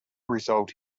result